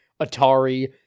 Atari